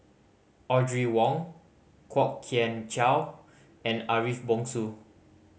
Audrey Wong Kwok Kian Chow and Ariff Bongso